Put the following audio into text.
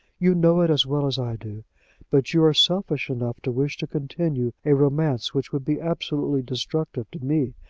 you know it as well as i do but you are selfish enough to wish to continue a romance which would be absolutely destructive to me,